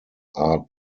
are